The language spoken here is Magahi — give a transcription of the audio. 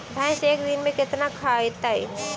भैंस एक दिन में केतना खाना खैतई?